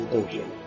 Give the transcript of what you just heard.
ocean